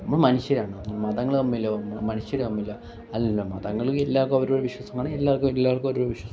നമ്മൾ മനുഷ്യരാണ് മതങ്ങൾ തമ്മിലോ മനുഷ്യർ തമ്മിലോ അല്ലല്ലോ മതങ്ങൾ എല്ലാവർക്കും അവരവരെ വിശ്വാസമാണ് എല്ലാവർക്കും എല്ലാവർക്കും അവരവരുടെ വിശ്വാസമാണ്